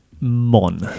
Mon